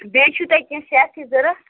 بیٚیہِ چھُ تۄہہِ کیٚنٛہہ سیٚفٹی ضروٗرت